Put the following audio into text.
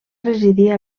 residir